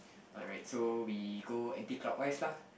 alright so we go anti clockwise lah